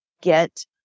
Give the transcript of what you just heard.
get